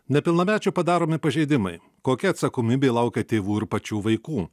nepilnamečių padaromi pažeidimai kokia atsakomybė laukia tėvų ir pačių vaikų